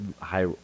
high